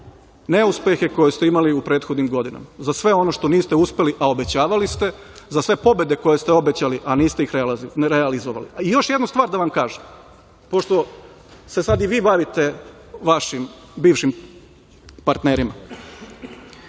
neuspehe koje ste imali u prethodnim godinama, za sve ono što niste uspeli, a obećavali ste, za sve pobede koje ste obećali, a niste ih realizovali. Još jednu stvar da vam kažem, pošto se sad i vi bavite vašim bivšim partnerima,